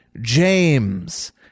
James